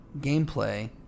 gameplay